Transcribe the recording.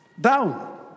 Down